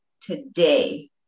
today